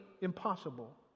impossible